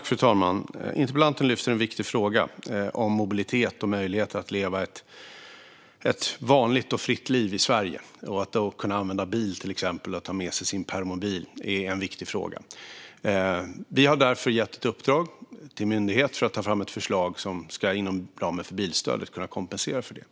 Fru talman! Interpellanten lyfter upp en viktig fråga om mobilitet och möjligheter att leva ett vanligt och fritt liv i Sverige. Att till exempel kunna använda bil eller ta med sig sin permobil är en viktig fråga. Vi har därför gett ett uppdrag till myndigheten att ta fram ett förslag som inom ramen för bilstödet ska kunna kompensera för detta.